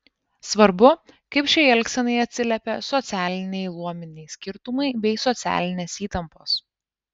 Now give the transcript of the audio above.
svarbu kaip šiai elgsenai atsiliepė socialiniai luominiai skirtumai bei socialinės įtampos